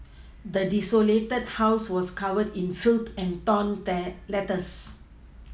the desolated house was covered in filth and torn letters